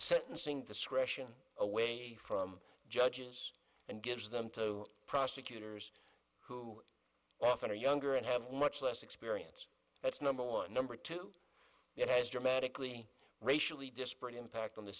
sentencing discretion away from judges and gives them to prosecutors who often are younger and have much less experience that's number one number two that has dramatically racially disparate impact on the